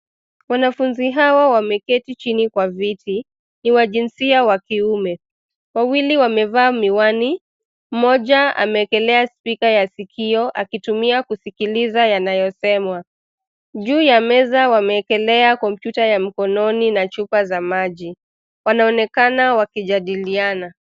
Wanafunzi hawa wameketi chini kwa viti ni wa jinsia wa kiume, wawili wamevaa miwani mmoja amewekelea spika ya skio akitumia kusikiliza yanayosemwa. Juu ya meza wamewekelea kompyuta ya mkononi na chupa za maji, wanaonekana wakijadiliana.